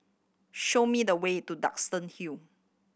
show me the way to Duxton Hill